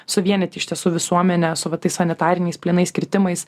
suvienyti iš tiesų visuomenę su va tais sanitariniais plynais kirtimais